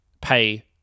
pay